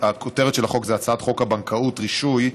הכותרת של היא הצעת חוק הבנקאות (רישוי)